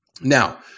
Now